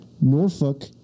Norfolk